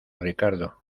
ricardo